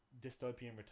dystopian